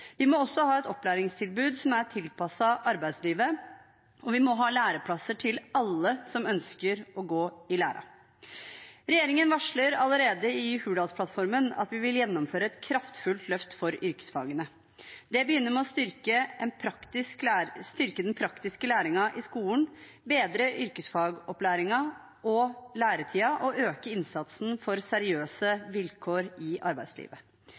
Vi må også ha et opplæringstilbud som er tilpasset arbeidslivet, og vi må ha læreplasser til alle som ønsker å gå i lære. Regjeringen varsler allerede i Hurdalsplattformen at vi vil gjennomføre et kraftfullt løft for yrkesfagene. Det begynner med å styrke den praktiske læringen i skolen, bedre yrkesfagopplæringen og læretiden og øke innsatsen for seriøse vilkår i arbeidslivet.